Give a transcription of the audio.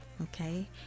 okay